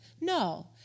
No